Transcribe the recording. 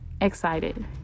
Excited